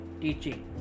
teaching